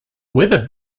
weather